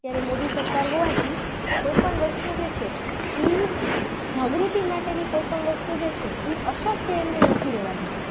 અત્યારે મોદી સરકાર હોવાથી કોઈપણ વસ્તુ જે છે એ જાગૃતિ માટેની કોઈપણ વસ્તુ જે છે એ અશક્ય એમણે નથી રહેવા દીધી